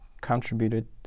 contributed